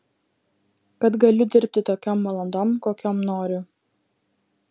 kad galiu dirbti tokiom valandom kokiom noriu